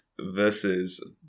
versus